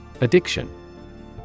Addiction